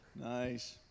Nice